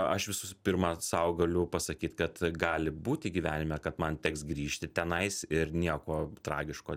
aš visų pirma sau galiu pasakyt kad gali būti gyvenime kad man teks grįžti tenais ir nieko tragiško